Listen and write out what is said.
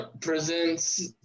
presents